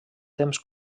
temps